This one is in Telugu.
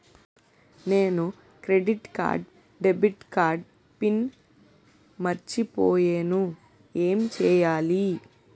నేను క్రెడిట్ కార్డ్డెబిట్ కార్డ్ పిన్ మర్చిపోయేను ఎం చెయ్యాలి?